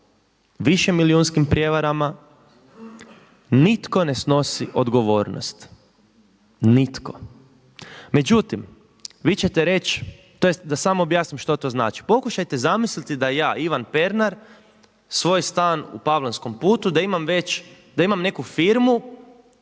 višemilijunskim prijevarama nitko ne snosi odgovornosti, nitko. Međutim, vi ćete reći, tj. da samo objasnim što to znači, pokušajte zamisliti da ja Ivan Pernar svoj stan u Pavlanskom putu da ima već,